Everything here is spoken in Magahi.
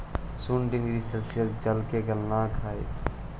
शून्य डिग्री सेल्सियस जल के गलनांक हई